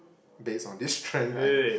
based on this trend I